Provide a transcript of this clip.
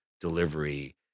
delivery